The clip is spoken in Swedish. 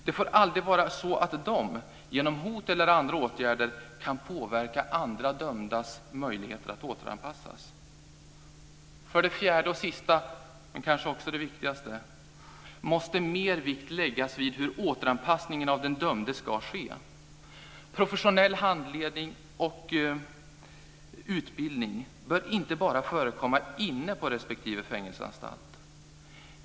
Det får aldrig vara så att de, genom hot eller andra åtgärder, kan påverka andra dömdas möjligheter att återanpassas. För det fjärde och sista, men kanske också det viktigaste, måste mer vikt läggas vid hur återanpassningen av den dömde ska ske. Professionell handledning och utbildning bör inte bara förekomma inne på respektive fängelseanstalt.